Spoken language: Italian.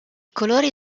colori